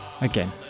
Again